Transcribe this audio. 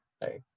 hey